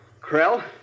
Krell